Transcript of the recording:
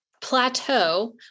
plateau